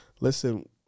Listen